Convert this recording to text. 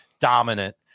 dominant